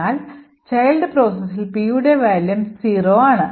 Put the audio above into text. എന്നാൽ child processൽ Pയുടെ value 0 ആണ്